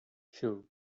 sure